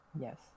Yes